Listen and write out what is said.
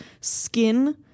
skin